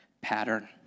pattern